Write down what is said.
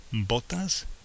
Botas